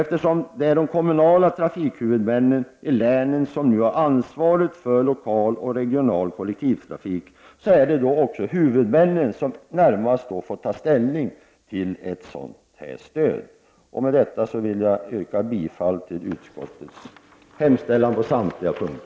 Eftersom det är de kommunala trafikhuvudmännen i länen som nu har ansvaret för lokal och regional kollektivtrafik är det också huvudmännen som närmast får ta ställning till ett sådant här stöd. Med detta vill jag yrka bifall till utskottets hemställan på samtliga punkter.